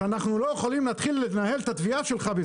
אז אנחנו לא יכולים להתחיל לנהל את התביעה שלך'.